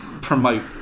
promote